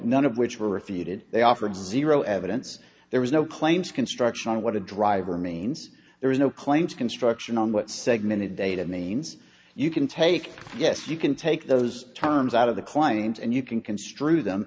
none of which were refuted they offered zero evidence there was no claims construction what a driver means there is no claims construction on what segment it data means you can take yes you can take those terms out of the client and you can construe them